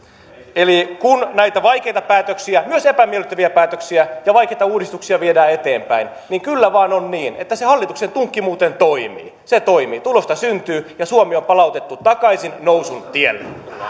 eli kun näitä vaikeita päätöksiä myös epämiellyttäviä päätöksiä ja vaikeita uudistuksia viedään eteenpäin niin kyllä vain on niin että se hallituksen tunkki muuten toimii se toimii tulosta syntyy ja suomi on palautettu takaisin nousun tielle